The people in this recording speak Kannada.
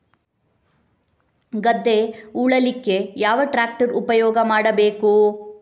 ಗದ್ದೆ ಉಳಲಿಕ್ಕೆ ಯಾವ ಟ್ರ್ಯಾಕ್ಟರ್ ಉಪಯೋಗ ಮಾಡಬೇಕು?